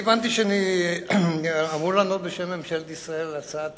הבנתי שאני אמור לענות בשם ממשלת ישראל על הצעת